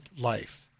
life